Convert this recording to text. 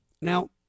Now